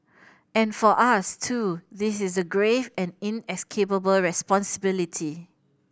and for us too this is a grave and inescapable responsibility